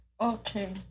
Okay